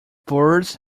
birds